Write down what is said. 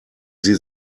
sie